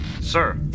Sir